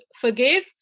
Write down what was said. forgive